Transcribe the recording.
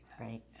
Right